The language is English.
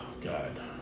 God